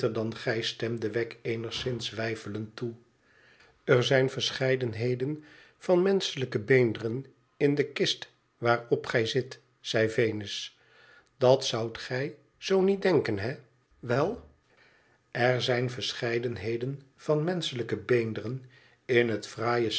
dan gij stemde wegg eenigszins weifelend toe r zijn verscheidenheden van menschelijke beenderen in de kist waarop gij zit zei venus i dat zoudt gij zoo niet denken wel er zijn verscheidenheden van menschelijke beenderen in het fraaie